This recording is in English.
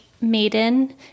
maiden